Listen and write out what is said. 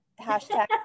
hashtag